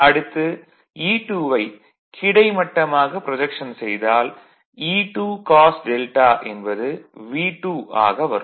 அடுத்து E2 வை கிடைமட்டமாக ப்ரொஜக்ஷன் செய்தால் E2 cos δ என்பது V2 ஆக வரும்